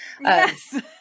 Yes